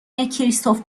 کریستف